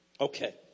Okay